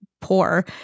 poor